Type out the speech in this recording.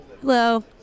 Hello